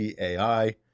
AI